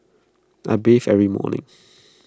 I bathe every morning